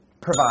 Provide